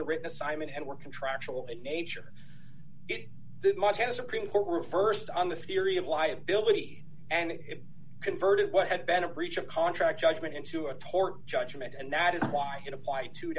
the written assignment and were contractual in nature that montana supreme court reversed on the theory of liability and converted what had been a breach of contract judgment into a tort judgment and that is why i can apply to